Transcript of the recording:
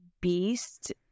beast